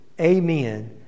Amen